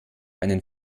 einen